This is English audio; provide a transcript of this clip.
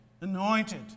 anointed